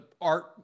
Art